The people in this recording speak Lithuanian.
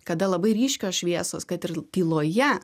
kada labai ryškios šviesos kad ir tyloje